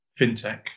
fintech